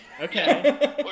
Okay